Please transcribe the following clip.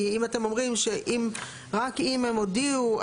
כי אם אתם אומרים רק אם הם הודיעו,